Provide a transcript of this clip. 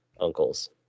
uncles